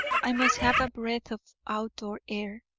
i must have a breath of out-door air.